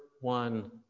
one